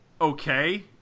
okay